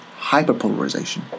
hyperpolarization